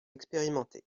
expérimenté